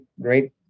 great